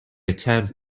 attempt